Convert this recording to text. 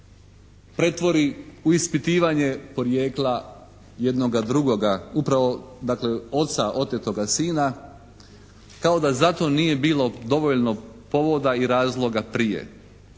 pretvori u ispitivanje porijekla jednoga drugoga upravo oca otetoga sina kao da za to nije bilo dovoljno povoda i razloga prije.